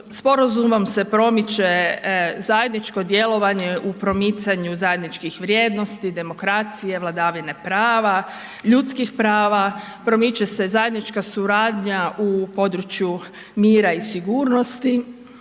sporazumom se promiče zajedničko djelovanje u promicanju zajedničkih vrijednosti, demokracije, vladavine prava, ljudskih prava, promiče se zajednička suradnja u području mira i sigurnosti,